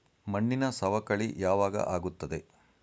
ಮಣ್ಣಿನ ಸವಕಳಿ ಯಾವಾಗ ಆಗುತ್ತದೆ?